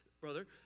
brother